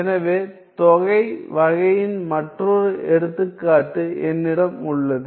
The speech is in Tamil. எனவே தொகை வகையின் மற்றொரு எடுத்துக்காட்டு என்னிடம் உள்ளது